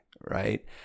right